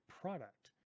product